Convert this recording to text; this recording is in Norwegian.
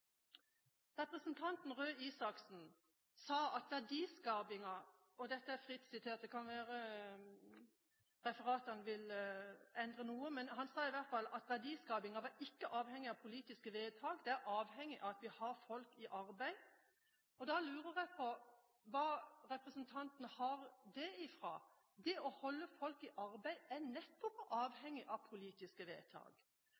Representanten Røe Isaksen sa at velstanden ikke var avhengig av politiske vedtak, at den er avhengig av at vi har folk i arbeid. Da lurer jeg på hvor representanten har det fra. Å holde folk i arbeid er nettopp